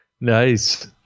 Nice